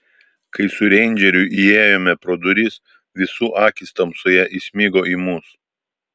kai su reindžeriu įėjome pro duris visų akys tamsoje įsmigo į mus